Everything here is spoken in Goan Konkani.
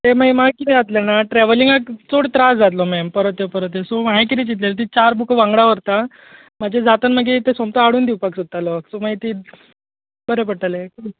तें मागीर माक कितें जातलें जाणा ट्रॅवलिंगाक चोड त्रास जातलो मॅम परत यो परत यो सो हांवें कितें चितलेंले ती चार बुकां वांगडा व्हरतां म्हजे जाता कांय मागीर सोमतें हाडून दिवपाक सोदतालो सो मागीर तीं बरें पडटलें